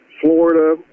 Florida